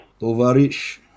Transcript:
Tovarish